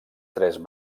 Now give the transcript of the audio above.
tres